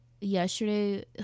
yesterday